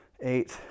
eight